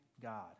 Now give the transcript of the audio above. God